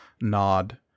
nod